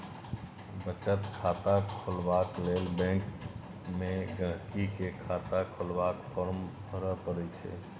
बचत खाता खोलबाक लेल बैंक मे गांहिकी केँ खाता खोलबाक फार्म भरय परय छै